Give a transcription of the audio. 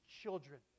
children